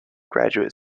graduate